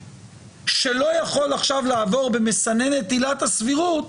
שלא יכול עכשיו לעבור במסננת עילת הסבירות